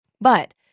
But-